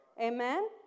amen